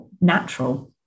natural